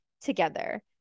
together